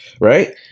right